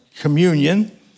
communion